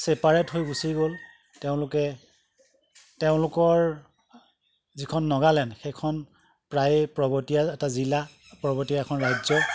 separate হৈ গুচি গ'ল তেওঁলোকে তেওঁলোকৰ যিখন নগালেণ্ড সেইখন প্ৰায়ে পৰ্বতীয়া এটা জিলা পৰ্বতীয়া এখন ৰাজ্য